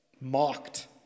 mocked